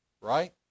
right